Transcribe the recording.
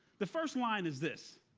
the first line is this,